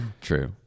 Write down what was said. True